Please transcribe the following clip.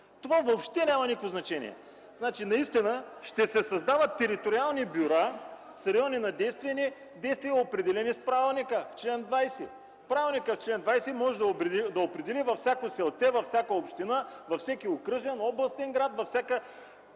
Това въобще няма никакво значение! Ще се създават териториални бюра с райони на действие, определени с правилника – в чл. 20. Правилникът в чл. 20 може да определи във всяко селце, във всяка община, във всеки окръжен, областен град, във всеки